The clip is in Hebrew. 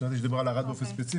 חשבתי שמדובר על ערד באופן ספציפי,